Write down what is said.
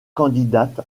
candidate